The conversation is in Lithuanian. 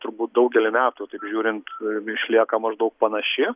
turbūt daugelį metų taip žiūrint išlieka maždaug panaši